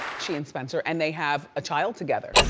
she and spencer, and they have a child together.